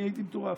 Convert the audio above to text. אני הייתי מטורף.